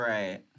Right